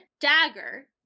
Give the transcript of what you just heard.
dagger